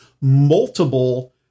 multiple